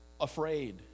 afraid